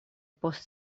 post